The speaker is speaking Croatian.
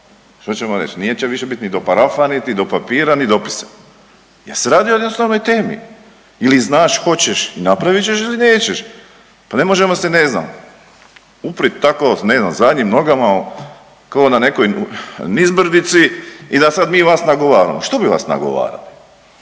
Što ćemo reći? Neće više biti ni do parafa, niti do papir ni dopisa, jer se radi o jednostavnoj temi. Ili znaš, hoćeš i napravit ćeš ili nećeš. Pa ne možemo se ne znam uprijeti tako ne znam zadnjim nogama kao na nekoj nizbrdici i da sad mi vas nagovaramo. Što bi vas nagovarali?